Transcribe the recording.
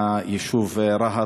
מהיישוב רהט,